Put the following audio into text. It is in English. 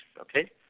Okay